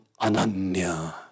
Ananya